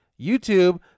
YouTube